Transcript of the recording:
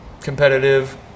Competitive